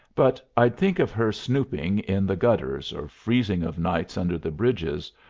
but i'd think of her snooping in the gutters, or freezing of nights under the bridges,